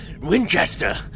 Winchester